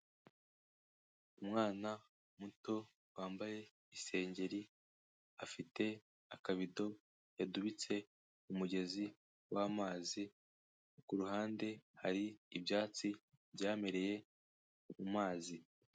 Umwana muto wambaye isengeri, afite akabito yadubitse ku mugezi w'amazi, ku ruhande hari ibyatsi byamereye mu mazi.